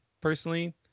personally